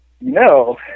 no